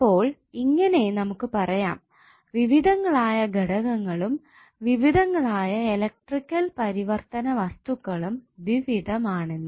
അപ്പോൾ ഇങ്ങനെ നമുക്ക് പറയാം വിവിധങ്ങളായ ഘടകങ്ങളും വിവിധങ്ങളായ ഇലക്ട്രിക്കൽ പരിവർത്തിതവസ്തുക്കളും ദ്വിവിധം ആണെന്ന്